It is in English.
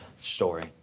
story